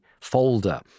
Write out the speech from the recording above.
folder